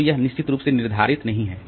तो यह निश्चित रूप से निर्धारित नहीं है